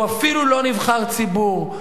והוא אפילו לא נבחר ציבור,